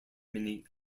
mini